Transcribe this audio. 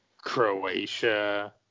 Croatia